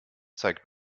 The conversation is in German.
zeigt